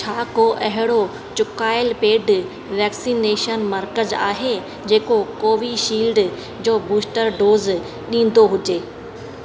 छा को अहिड़ो चुकायल पेड वैक्सीनेशन मर्कज़ आहे जेको कोवीशील्ड जो बूस्टर डोज़ ॾींदो हुजे